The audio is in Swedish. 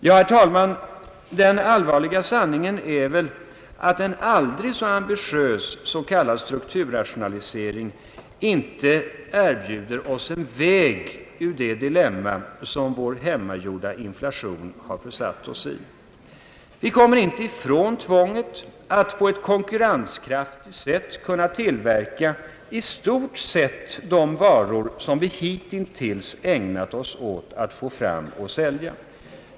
Herr talman, den allvarliga sanningen är, att en aldrig så ambitiös s.k. strukturrationalisering inte erbjuder oss en väg ur det dilemma som vår hemmagjorda inflation har försatt oss i. Vi kommer inte ifrån tvånget att på ett konkurrenskraftigt sätt tillverka i stort sett de varor som vi hittills ägnat oss åt att producera och sälja.